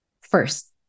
first